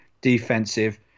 defensive